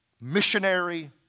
missionary